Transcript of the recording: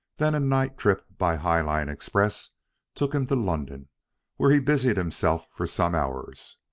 then a night trip by highline express took him to london where he busied himself for some hours.